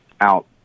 out